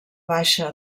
baixa